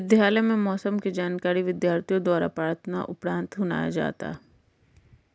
विद्यालयों में मौसम की जानकारी विद्यार्थियों द्वारा प्रार्थना उपरांत सुनाया जाता है